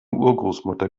urgroßmutter